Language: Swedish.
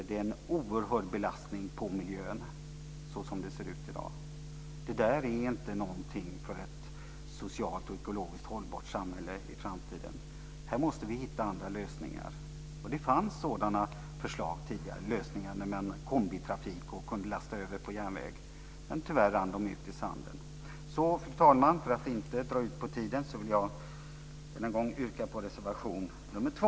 Det är en oerhörd belastning på miljön som det ser ut i dag. Det är inte någonting för ett socialt och ekologiskt hållbart samhälle i framtiden. Här måste vi hitta andra lösningar. Det fanns sådana förslag till lösningar tidigare, med kombitrafik där man kunde lasta över på järnväg, men tyvärr rann de ut i sanden. Fru talman! För att inte dra ut på tiden vill jag än en gång yrka bifall till reservation nr 2.